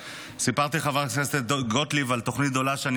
סיפרתי לחברת הכנסת גוטליב על תוכנית גדולה שאני